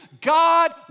God